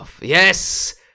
Yes